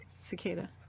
Cicada